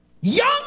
Young